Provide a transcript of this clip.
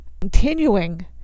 continuing